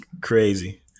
crazy